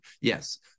yes